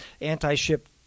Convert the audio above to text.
anti-ship